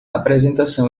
apresentação